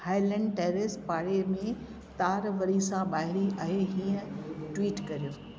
highland terrace पाड़े में तार वरी सां ॿाहिरि आहे हीअं ट्वीट कयो